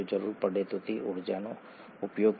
તો આ ચાલો આપણે અહીંથી શરૂ કરીએ